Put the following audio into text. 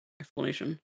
explanation